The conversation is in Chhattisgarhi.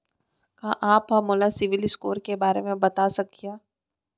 का आप हा मोला सिविल स्कोर के बारे मा बता सकिहा?